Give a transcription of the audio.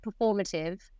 performative